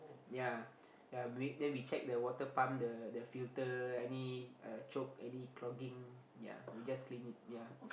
ya ya then we check the water pump the the filter any uh choke any clogging ya we just clean it ya